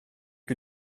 que